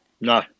No